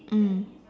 mm